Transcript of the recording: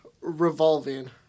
revolving